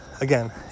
Again